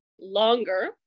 longer